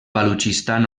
balutxistan